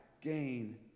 gain